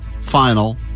final